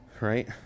Right